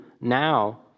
now